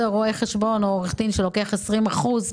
אנחנו מבקשים שגם השנה זה יהיה בחלוקה ל-22 ולא בחלוקה ל-25.